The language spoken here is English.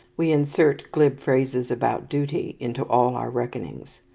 we insert glib phrases about duty into all our reckonings.